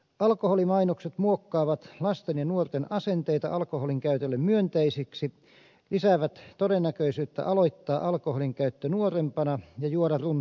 alkoholimainokset muokkaavat lasten ja nuorten asenteita alkoholinkäytölle myönteisiksi sekä lisäävät todennäköisyyttä aloittaa alkoholinkäyttö nuorempana ja juoda runsaammin